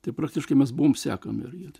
tai praktiškai mes buvom sekami